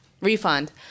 refund